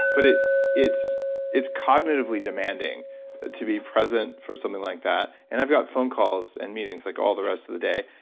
but it's it's cognitively demanding to be present for something like that. and i've got phone calls and meetings like all the rest of the day.